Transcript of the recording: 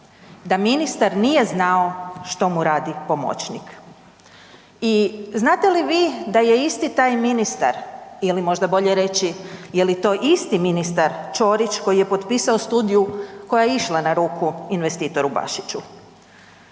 da ministar nije znao što mu radi pomoćnik? I znate li vi da je isti taj ministar ili možda bolje reći je li to isti ministar Ćorić koji je potpisao studiju koja je išla na ruku investitoru Bašiću?